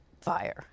fire